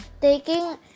taking